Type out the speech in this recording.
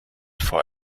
vor